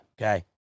okay